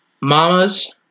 Mama's